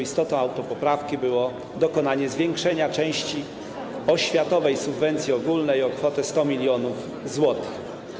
Istotą autopoprawki było dokonanie zwiększenia części oświatowej subwencji ogólnej o kwotę 100 mln zł.